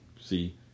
see